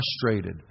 frustrated